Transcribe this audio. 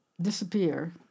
Disappear